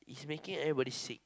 is making everybody sick